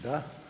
Da.